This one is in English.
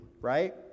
right